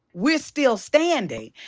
we're still standing,